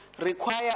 require